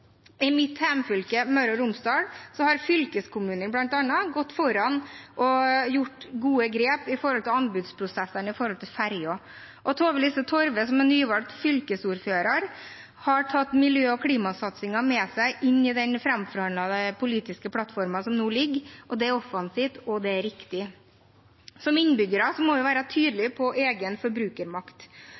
I mitt hjemfylke, Møre og Romsdal, har fylkeskommunen bl.a. gått foran og gjort gode grep i anbudsprosessene for ferger. Tove-Lise Torve, som er nyvalgt fylkesordfører, har tatt miljø- og klimasatsingen med seg inn i den framforhandlede politiske plattformen som nå ligger. Det er offensivt, og det er riktig. Som innbyggere må vi være tydelige på egen forbrukermakt,